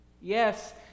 Yes